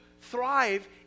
thrive